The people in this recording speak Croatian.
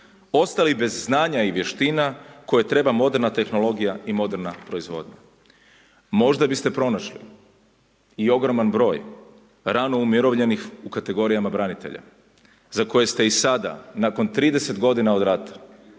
ostali bez znanja i vještina koje treba moderna tehnologija i moderna proizvodnja. Možda bi ste pronašli i ogroman broj rano umirovljenih u kategorijama branitelja za koje ste i sada nakon 30 godina od rata